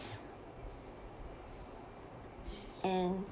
and